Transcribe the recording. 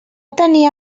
tenia